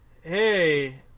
hey